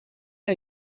are